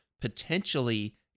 potentially